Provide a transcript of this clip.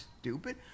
stupid